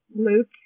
Luke